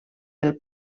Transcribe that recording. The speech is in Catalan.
del